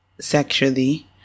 sexually